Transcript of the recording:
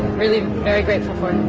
really very grateful for it.